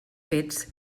fets